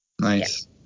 Nice